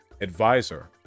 advisor